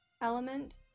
element